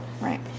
Right